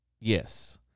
Yes